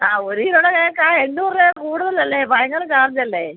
ആ ഒരു കിലോയുടെ കേക്ക് ആണ് എണ്ണൂറ് രൂപ കൂടുതൽ അല്ലേ ഭയങ്കര ചാർജ് അല്ലേ